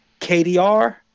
KDR